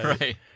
right